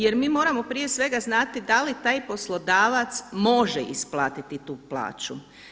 Jer mi moramo prije svega znati da li taj poslodavac može isplatiti tu plaću.